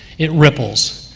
it ripples.